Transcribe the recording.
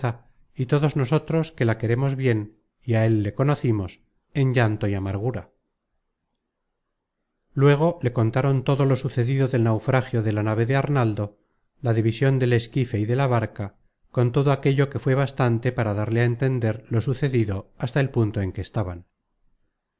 y todos nosotros que la queremos bien y á él le conocimos en llanto y amargura luego le contaron todo lo sucedido del naufragio de la nave de arnaldo la division del esquife y de la barca con todo aquello que fué bastante para darle a entender lo sucedido hasta el punto en que estaban